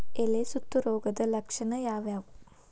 ಎಲೆ ಸುತ್ತು ರೋಗದ ಲಕ್ಷಣ ಯಾವ್ಯಾವ್?